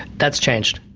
that's changed.